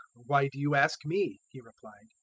why do you ask me, he replied,